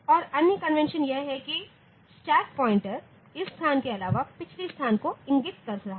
और अन्य कन्वेंशन यह है कि स्टैक प्वाइंटर इस स्थान के अलावा पिछली स्थान को इंगित कर रहा है